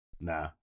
Nah